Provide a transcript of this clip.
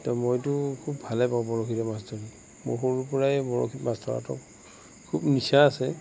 এতিয়া মইতো খুব ভালে পাওঁ বৰশীৰে মাছ ধৰি মোৰ সৰুৰ পৰাই বৰশীত মাছ ধৰাতো খুব নিচা আছে